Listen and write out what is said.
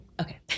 okay